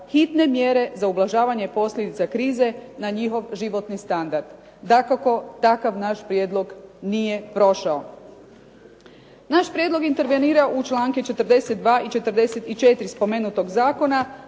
hitne mjere za ublažavanje posljedica krize na njihov životni standard. Dakako, takav naš prijedlog nije prošao. Naš prijedlog intervenira u članke 42. i 44. spomenutog zakona